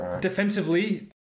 Defensively